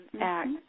act